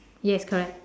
yes correct